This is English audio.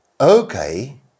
okay